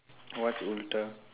what will done